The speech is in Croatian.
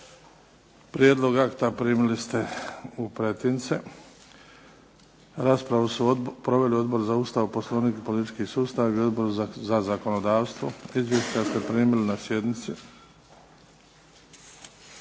Prijedlog akta primili ste u pretince. Raspravu su proveli Odbor za Ustav, Poslovnik i politički sustav i Odbor za zakonodavstvo. Izvješća ste primili na sjednici.